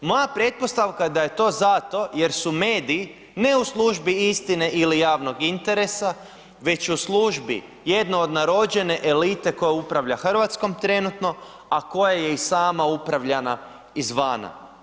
Moja pretpostavka je da je to zato što su mediji ne u službi istine ili javnog interesa već u službi jedno od narođene elite koja upravlja RH trenutno, a koja je i sama upravljana izvana.